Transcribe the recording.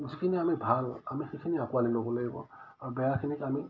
যিখিনি আমি ভাল আমি সেইখিনি আঁকোৱালি ল'ব লাগিব আৰু বেয়াখিনিক আমি